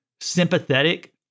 sympathetic